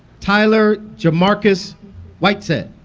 tyler jamarcus whitsett